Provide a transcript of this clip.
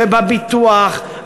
ובביטוח,